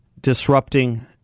disrupting